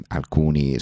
alcuni